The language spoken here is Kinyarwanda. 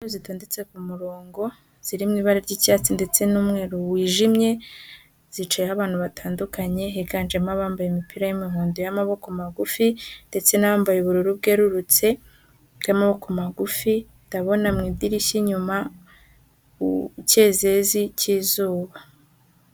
Intebe zitondetse ku murongo ziriri mu ibara ry'icyatsi ndetse n'umweru wijimye zicayeho abantu batandukanye higanjemo abambaye imipira y'imahondo y'amaboko magufi ndetse n'ambaye ubururu bwererutse bw'amaboko magufi ndabona mu idirishya inyuma icyezezi cyi'izuba.